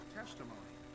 testimony